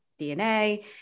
DNA